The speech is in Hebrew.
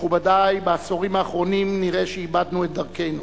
מכובדי, בעשורים האחרונים נראה שאיבדנו את דרכנו.